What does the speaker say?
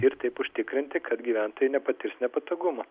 ir taip užtikrinti kad gyventojai nepatirs nepatogumų